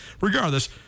regardless